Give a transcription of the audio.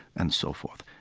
and so forth.